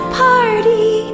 party